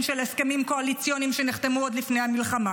של הסכמים קואליציוניים שנחתמו עוד לפני המלחמה,